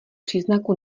příznaků